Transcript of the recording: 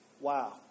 Wow